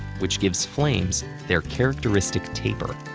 which gives flames their characteristic taper.